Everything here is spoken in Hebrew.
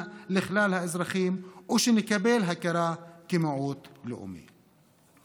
לכלל האזרחים ושנקבל הכרה כמיעוט לאומי.